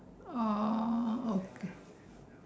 oh okay